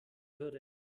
würde